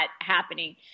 happening